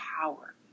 power